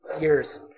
years